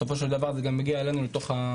בסופו של דבר זה גם הגיע אלינו לאחים,